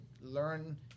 learn